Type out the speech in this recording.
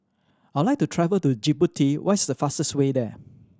I like to travel to Djibouti what is the fastest way there